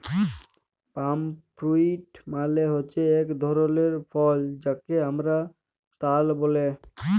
পাম fruit মালে হচ্যে এক ধরলের ফল যাকে হামরা তাল ব্যলে